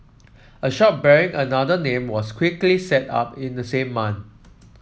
a shop bearing another name was quickly set up in the same month